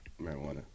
marijuana